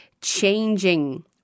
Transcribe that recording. changing